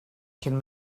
cyn